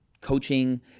coaching